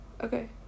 Okay